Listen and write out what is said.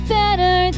better